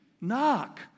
knock